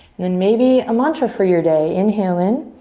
then maybe a mantra for your day. inhale in.